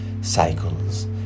cycles